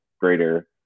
greater